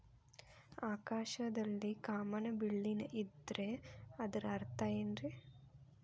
ಆಕಾಶದಲ್ಲಿ ಕಾಮನಬಿಲ್ಲಿನ ಇದ್ದರೆ ಅದರ ಅರ್ಥ ಏನ್ ರಿ?